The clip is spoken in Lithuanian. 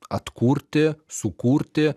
atkurti sukurti